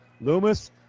Loomis